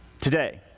today